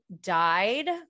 died